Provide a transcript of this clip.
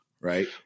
right